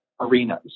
arenas